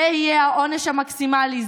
זה יהיה העונש המקסימלי,